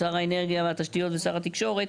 שר האנרגיה והתשתיות ושר התקשורת",